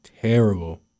terrible